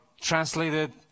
translated